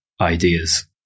ideas